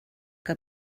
que